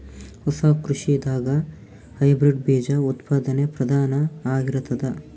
ಹೊಸ ಕೃಷಿದಾಗ ಹೈಬ್ರಿಡ್ ಬೀಜ ಉತ್ಪಾದನೆ ಪ್ರಧಾನ ಆಗಿರತದ